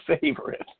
favorite